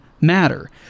matter